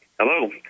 hello